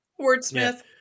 Wordsmith